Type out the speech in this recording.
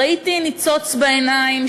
ראיתי ניצוץ בעיניים,